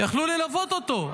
היו יכולים ללוות אותו.